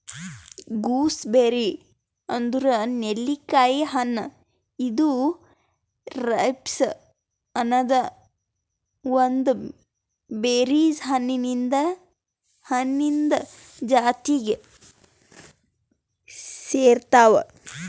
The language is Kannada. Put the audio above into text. ಗೂಸ್ಬೆರ್ರಿ ಅಂದುರ್ ನೆಲ್ಲಿಕಾಯಿ ಹಣ್ಣ ಇದು ರೈಬ್ಸ್ ಅನದ್ ಒಂದ್ ಬೆರೀಸ್ ಹಣ್ಣಿಂದ್ ಜಾತಿಗ್ ಸೇರ್ತಾವ್